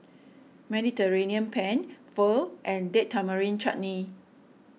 Mediterranean Penne Pho and Date Tamarind Chutney